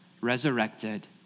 resurrected